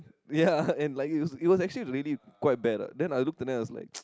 ya and like it it was actually really quite bad lah then I looked and then I was like